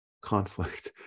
conflict